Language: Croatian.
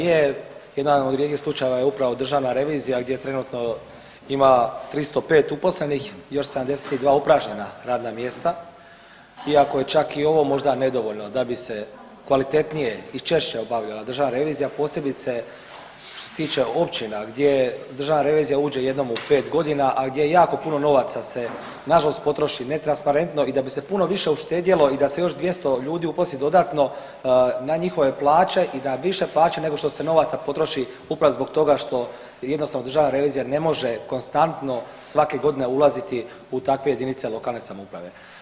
Jedan od rijetkih slučajeva je upravo Državna revizija gdje trenutno ima 305 uposlenih, još 72 upražnjena radna mjesta iako je čak i ovo možda nedovoljno da bi se kvalitetnije i češće obavljala državna revizija posebice što se tiče općina, gdje Državna revizija uđe jednom u pet godina, a gdje se jako puno novaca na žalost potroši netransparentno i da bi se puno više uštedjelo i da se još 200 ljudi uposli dodatno na njihove plaće i da više plaće nego što se novaca potroši upravo zbog toga što jednostavno Državna revizija ne može konstantno svake godine ulaziti u takve jedinice lokalne samouprave.